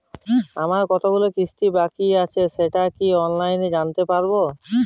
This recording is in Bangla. আমার আর কতগুলি কিস্তি বাকী আছে সেটা কি অনলাইনে জানতে পারব?